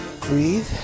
breathe